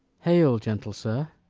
hail, gentle sir.